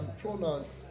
pronouns